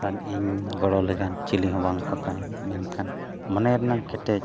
ᱟᱨ ᱤᱧ ᱜᱚᱲᱚ ᱞᱮᱠᱟᱱ ᱪᱤᱞᱤ ᱦᱚᱸ ᱵᱟᱝᱠᱚ ᱛᱟᱦᱮᱱ ᱢᱮᱱᱠᱷᱟᱱ ᱢᱚᱱᱮ ᱨᱮᱱᱟᱜ ᱠᱮᱴᱮᱡ